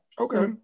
Okay